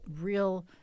real